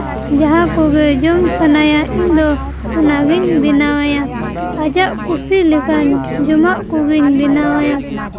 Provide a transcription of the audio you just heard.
ᱡᱟᱦᱟᱸ ᱠᱚᱜᱮ ᱡᱚᱢ ᱥᱟᱱᱟᱭᱟ ᱤᱧ ᱫᱚ ᱚᱱᱟᱜᱮᱧ ᱵᱮᱱᱟᱣᱟᱭᱟ ᱟᱡᱟᱜ ᱠᱩᱥᱤ ᱞᱮᱠᱟᱱ ᱡᱚᱢᱟᱜ ᱠᱚᱜᱮᱧ ᱵᱮᱱᱣᱟᱭᱟ